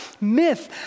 myth